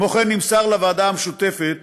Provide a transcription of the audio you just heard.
כמו כן נמסר לוועדה המשותפת